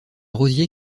rosier